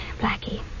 Blackie